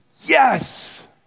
Yes